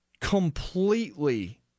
completely